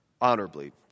Honorably